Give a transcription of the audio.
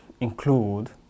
include